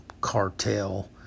cartel